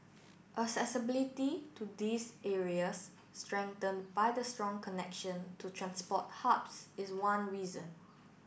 accessibility to these areas strengthened by the strong connection to transport hubs is one reason